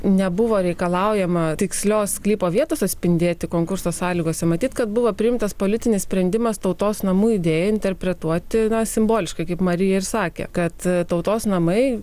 nebuvo reikalaujama tikslios sklypo vietos atspindėti konkurso sąlygose matyt kad buvo priimtas politinis sprendimas tautos namų idėją interpretuoti simboliškai kaip marija ir sakė kad tautos namai